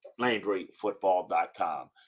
LandryFootball.com